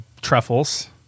truffles